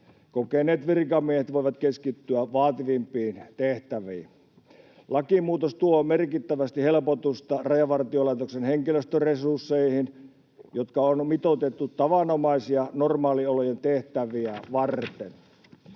Kokeneet virkamiehet voivat keskittyä vaativimpiin tehtäviin. Lakimuutos tuo merkittävästi helpotusta Rajavartiolaitoksen henkilöstöresursseihin, jotka on mitoitettu tavanomaisia normaaliolojen tehtäviä varten.